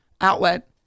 outlet